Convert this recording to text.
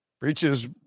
breaches